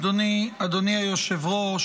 אדוני היושב-ראש,